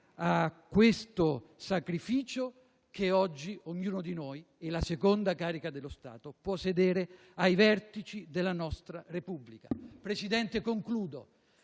a questo sacrificio che oggi ognuno di noi e la seconda carica dello Stato possono sedere ai vertici della nostra Repubblica. Signor Presidente, mi avvio